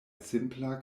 simpla